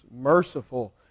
merciful